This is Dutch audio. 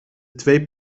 twee